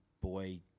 boy